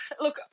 look